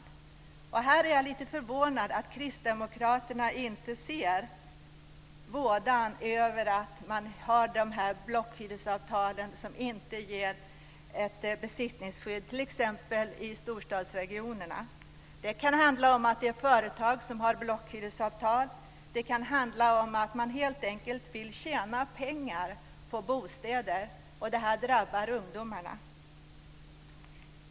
I fråga om detta är jag lite förvånad över att Kristdemokraterna inte ser vådan av att man har dessa blockhyresavtal som inte ger ett besittningsskydd t.ex. i storstadsregionerna. Det kan handla om att det är företag som har blockhyresavtal. Och det kan handla om att man helt enkelt vill tjäna pengar på bostäder. Detta drabbar ungdomarna.